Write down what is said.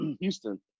Houston